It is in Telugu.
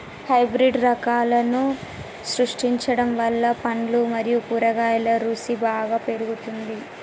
హైబ్రిడ్ రకాలను సృష్టించడం వల్ల పండ్లు మరియు కూరగాయల రుసి బాగా పెరుగుతుంది